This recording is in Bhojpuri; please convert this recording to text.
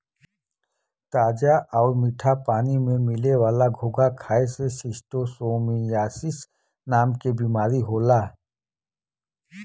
ताजा आउर मीठा पानी में मिले वाला घोंघा खाए से शिस्टोसोमियासिस नाम के बीमारी होला